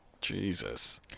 Jesus